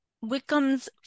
Wickham's